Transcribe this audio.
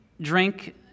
drink